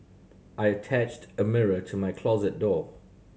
I attached a mirror to my closet door